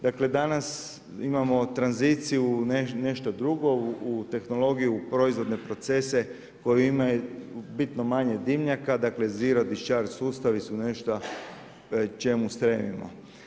Danas imamo tranziciju nešto drugo u tehnologiju u proizvodne procese koji imaju bitno manje dimnjaka, dakle zero … sustavi su nešto čemu stremimo.